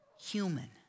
human